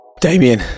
damien